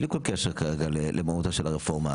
בלי כל קשר כרגע למהותה של הרפורמה,